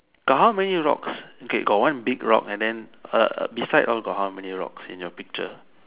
got how many rocks okay got one big rock and then uh beside all got how many rocks in your picture